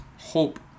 hope